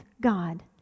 God